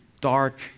dark